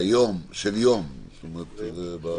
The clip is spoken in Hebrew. נוספות)(תיקון מס' 28). מדובר בעצם בהארכה של יום,